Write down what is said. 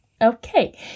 Okay